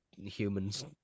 Humans